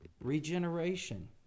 regeneration